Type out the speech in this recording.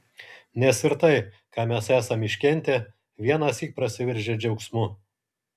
nes ir tai ką mes esam iškentę vienąsyk prasiveržia džiaugsmu